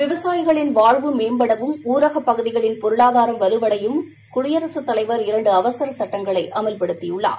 விவசாயிகளின் வாழ்வு மேம்படவும் ஊரக பகுதிகளின் பொருளாதாரம் வலுவடையவும் குடியரசுத் தலைவர் இரண்டு அவசர சட்டங்களை அமல்படுத்தியுள்ளார்